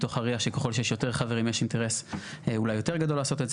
מתוך הראייה שככל שיש יותר חברים יש אינטרס אולי יותר גדול לעשות את זה.